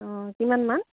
অঁ কিমান মান